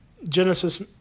Genesis